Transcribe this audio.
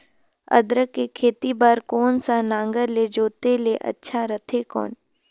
अदरक के खेती बार कोन सा नागर ले जोते ले अच्छा रथे कौन?